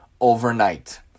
overnight